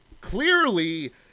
clearly